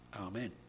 Amen